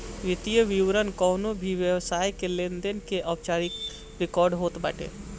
वित्तीय विवरण कवनो भी व्यवसाय के लेनदेन के औपचारिक रिकार्ड होत बाटे